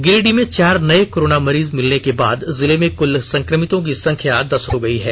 गिरिडीह में चार नए कोरोना मरीज मिलने के बाद जिले में कुल संक्रमितों की संख्या दस हो गयी है